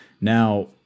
now